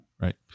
Right